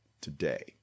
today